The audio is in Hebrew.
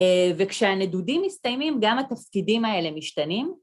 ‫וכשהנדודים מסתיימים, ‫גם התפקידים האלה משתנים.